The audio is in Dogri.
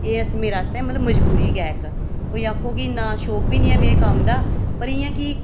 एह् कि मेरे आस्तै मजबूरी गै इक्क कोई आक्खो में इन्ना शौक बी निं ऐ कम्म दा पर इ'यां कि